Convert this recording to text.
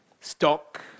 stock